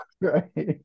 right